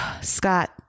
Scott